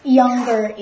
younger